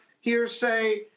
hearsay